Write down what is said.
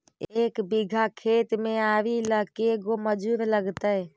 एक बिघा खेत में आरि ल के गो मजुर लगतै?